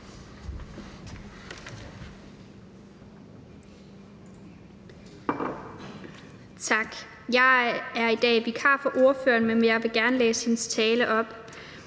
Tak. Jeg er i dag vikar for ordføreren, men jeg vil gerne læse hendes tale op.